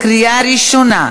קריאה ראשונה.